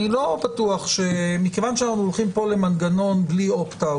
מכיוון שאנחנו הולכים פה למנגנון בלי opt out